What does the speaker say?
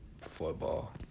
Football